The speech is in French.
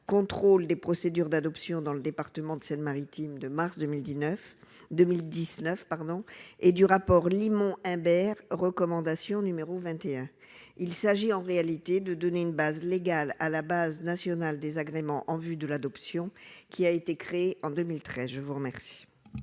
contrôle des procédures d'adoption dans le département de Seine-Maritime de mars 2019, 2019 pardon et du rapport limon Imbert recommandation numéro 21 il s'agit en réalité de donner une base légale à la base nationale désagréments en vue de l'adoption, qui a été créé en 2013, je vous remercie.